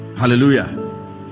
hallelujah